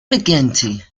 mcguinty